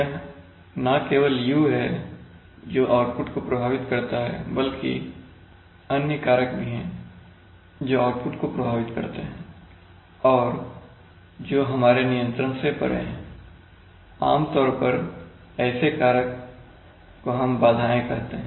यह न केवल U है जो आउटपुट को प्रभावित करता है बल्कि अन्य कारक भी हैं जो आउटपुट को प्रभावित करते हैं और जो हमारे नियंत्रण से परे हैं आमतौर पर ऐसे कारक को हम बाधाएं कहते हैं